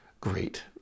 great